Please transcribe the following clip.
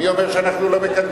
מי אומר שאנחנו לא מקדמים?